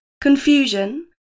confusion